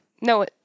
no